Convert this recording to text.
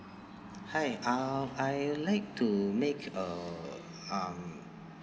hi uh I'd like to make a um